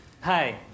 Hi